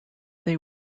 they